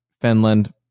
Finland